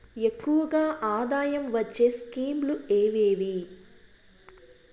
ఎక్కువగా ఆదాయం వచ్చే స్కీమ్ లు ఏమేమీ?